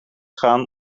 gaan